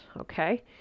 Okay